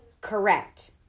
Correct